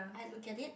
I look at it